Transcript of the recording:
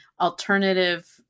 alternative